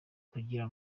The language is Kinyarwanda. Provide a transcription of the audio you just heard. kugira